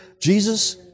Jesus